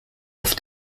auf